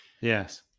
Yes